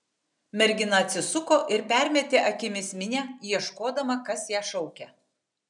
mergina atsisuko ir permetė akimis minią ieškodama kas ją šaukia